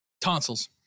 Tonsils